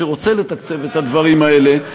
שרוצה לתקצב את הדברים האלה,